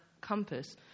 compass